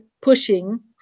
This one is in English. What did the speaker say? pushing